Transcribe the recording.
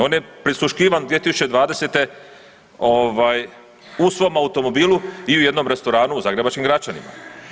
On je prisluškivan 2020. ovaj u svom automobilu i u jednom restoranu u zagrebačkim Gračanima.